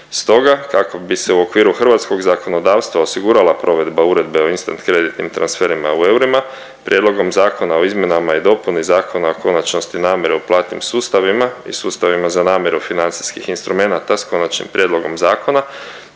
Stoga, kako bi se u okviru hrvatskog zakonodavstva osigurala provedba Uredba o instant kreditnim transferima u eurima, Prijedlogom zakona o izmjenama i dopuni Zakona o konačnosti namire u platnim sustavima i sustavima za namiru financijskih instrumenata s konačnim prijedlogom zakona